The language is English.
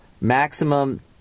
Maximum